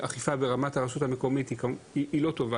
אכיפה ברמת הרשות המקומית היא לא טובה,